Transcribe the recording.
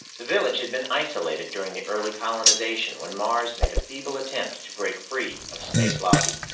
the village had been isolated during the early colonization when mars made a feeble attempt to break free of space lobby.